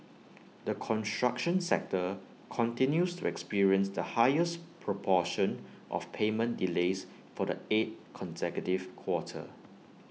the construction sector continues to experience the highest proportion of payment delays for the eighth consecutive quarter